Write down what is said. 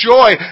joy